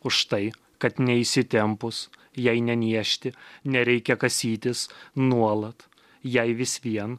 už tai kad neįsitempus jai neniežti nereikia kasytis nuolat jai vis vien